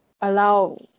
allow